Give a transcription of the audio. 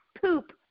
poop